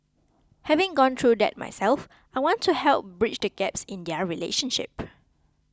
having gone through that myself I want to help bridge the gaps in their relationship